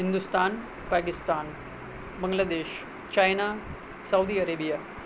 Hindustan Pakistan Bangladesh China Saudi Arabia